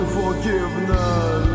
forgiveness